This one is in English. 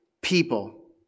people